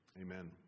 Amen